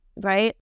right